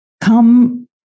come